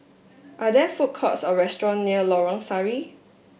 are there food courts or restaurants near Lorong Sari